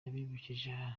yabibukije